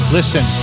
Listen